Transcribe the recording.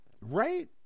Right